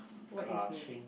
what is ni